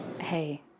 Hey